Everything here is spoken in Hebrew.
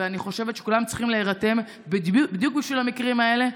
ואני חושבת שכולם צריכים להירתם בדיוק בשביל המקרים האלה,